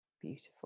Beautiful